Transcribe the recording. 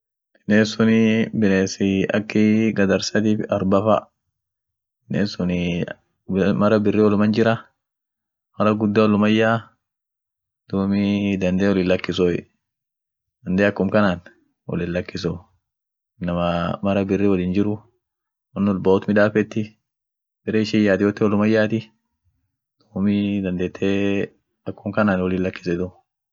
Binessunii binessii akii gadarsatif arba fa, binessunii mara birri woluman jirra, marra gudda woluman yaa, duumi dandee wol hinlakisuey, dandee akum kanan wol hin lakissu, inamaa marra birri wollin jirru won wolba wot midafetti, bere ishin yaat yote woluman yaati, duumi dandetee akum kanan wol hinlakisitu.